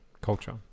culture